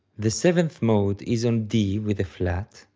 the seventh mode is on d with a flat,